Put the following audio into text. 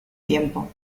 tiempo